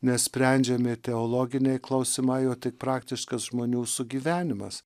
nesprendžiami teologiniai klausimai o tik praktiškas žmonių sugyvenimas